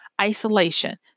isolation